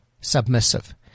submissive